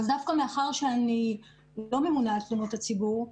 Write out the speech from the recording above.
מאחר שאני לא ממונה על תלונות הציבור,